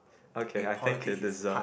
okay I think you deserve